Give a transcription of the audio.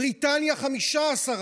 בריטניה, 15%,